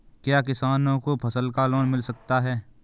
क्या किसानों को फसल पर लोन मिल सकता है?